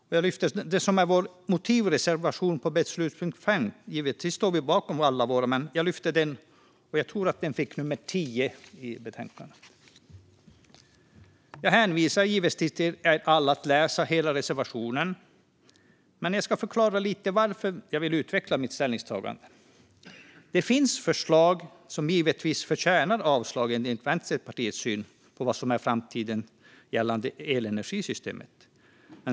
I dag är det vår motivreservation under beslutspunkt 5. Givetvis står vi bakom alla våra reservationer i betänkandet men jag tar bara upp reservation 10. Jag hänvisar alla till att läsa hela reservationen, men jag ska utveckla mitt ställningstagande lite grann. Det finns förslag om framtidens elenergisystem som enligt Vänsterpartiets syn givetvis förtjänar ett avslag.